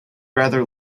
rather